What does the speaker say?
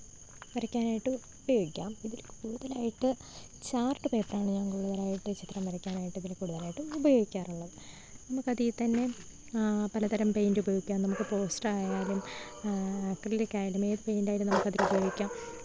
വരയ്ക്കാനായിട്ട് ഉപയോഗിക്കാം ഇതിൽ കൂടുതലായിട്ട് ചാര്ട്ട് പേപ്പർ ആണ് ഞാന് കൂടുതലായിട്ട് ചിത്രം വരയ്ക്കാനായിട്ട് ഇതിൽ കൂടുതലായിട്ടും ഉപയോഗിക്കാറുള്ളത് നമുക്ക് അതിൽ തന്നെ പലതരം പെയിൻറ് ഉപയോഗിക്കാം നമുക്ക് പോസ്റ്റർ ആയാലും അക്രിലിക്ക് ആയാലും ഏത് പെയിൻറ് ആയാലും നമുക്ക് അതിൽ ഉപയോഗിക്കാം